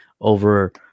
over